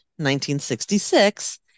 1966